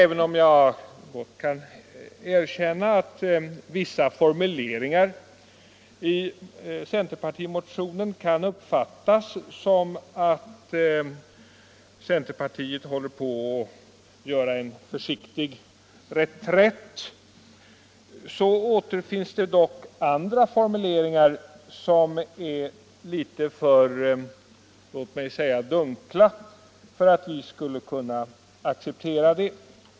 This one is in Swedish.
Även om jag gott kan erkänna att vissa formuleringar i centerpartimotionen kan uppfattas så att centerpartiet håller på att göra en försiktig reträtt, återfinns det dock andra formuleringar som är litet för, låt mig säga dunkla för att vi i moderata samlingspartiet skulle kunna acceptera dem.